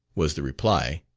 was the reply.